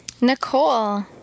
Nicole